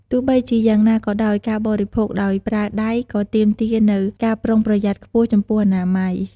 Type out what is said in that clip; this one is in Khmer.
ទោះបីជាយ៉ាងណាក៏ដោយ ការបរិភោគដោយប្រើដៃក៏ទាមទារនូវការប្រុងប្រយ័ត្នខ្ពស់ចំពោះអនាម័យ។